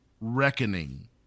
reckoning